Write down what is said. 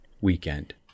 weekend